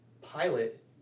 pilot